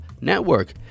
network